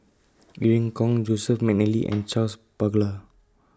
Irene Khong Joseph Mcnally and Charles Paglar